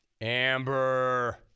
Amber